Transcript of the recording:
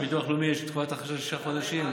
אבל כמו שלביטוח לאומי יש תקופת אכשרה של שישה חודשים,